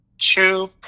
two